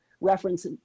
reference